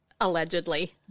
allegedly